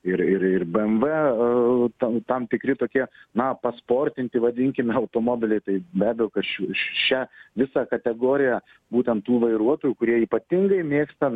ir ir ir bmw tam tikri tokie na pasportinti vadinkime automobiliai tai be abejo kad šių šią visą kategoriją būtent tų vairuotojų kurie ypatingai mėgsta